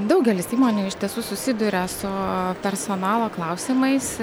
daugelis įmonių iš tiesų susiduria su personalo klausimais